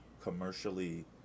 commercially